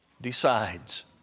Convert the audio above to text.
decides